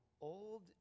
old